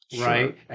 right